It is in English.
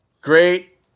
great